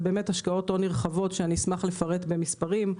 יש השקעות הון נרחבות שאשמח לפרט לגביהן במספרים,